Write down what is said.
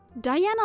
Diana